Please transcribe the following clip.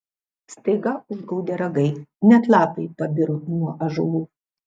staiga užgaudė ragai net lapai pabiro nuo ąžuolų